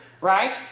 right